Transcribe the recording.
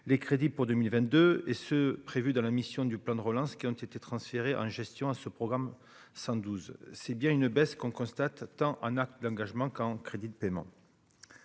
les crédits pour 2000 22 et ceux prévu dans la mission du plan de relance qui ont été transférés en gestion à ce programme 112 c'est bien une baisse qu'on constate, attends un acte d'engagement qu'en crédits de paiement